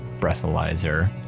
breathalyzer